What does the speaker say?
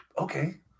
Okay